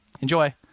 Enjoy